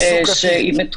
כן,